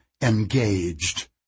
engaged